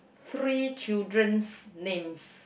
three children's names